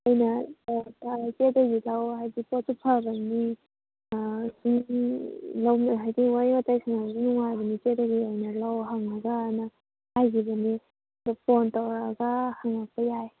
ꯑꯗꯨꯅ ꯏꯆꯦꯗꯒꯤ ꯂꯧꯔꯣ ꯍꯥꯏꯗꯤ ꯄꯣꯠꯇꯣ ꯐꯕꯅꯤ ꯍꯥꯏꯗꯤ ꯋꯥꯔꯤ ꯋꯇꯥꯏ ꯁꯥꯟꯅꯕꯁꯨ ꯅꯨꯡꯉꯥꯏꯕꯅꯤ ꯏꯆꯦꯗꯒꯤ ꯑꯣꯏꯅ ꯂꯧꯔ ꯍꯪꯉꯒꯑꯅ ꯍꯥꯏꯒꯤꯕꯅꯦ ꯑꯗꯣ ꯐꯣꯟ ꯇꯧꯔꯛꯑꯒ ꯍꯪꯉꯛꯄ ꯌꯥꯏ